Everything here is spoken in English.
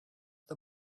the